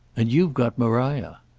and you've got maria.